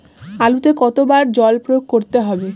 আলুতে কতো বার জল প্রয়োগ করতে হবে?